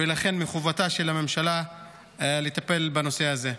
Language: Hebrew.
ולכן מחובתה של הממשלה לטפל בנושא הזה.